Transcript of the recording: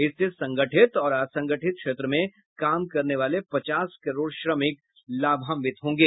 इससे संगठित और असंगठित क्षेत्र में काम करने वाले पचास करोड़ श्रमिक लाभान्वित होंगे